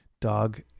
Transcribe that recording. dog